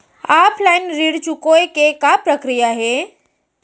Offline ऋण चुकोय के का प्रक्रिया हे?